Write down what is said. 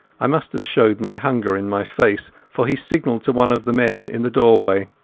i must have showed my hunger in my face, for he signalled to one of the men in the doorway.